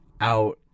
out